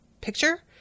picture